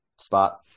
spot